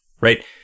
right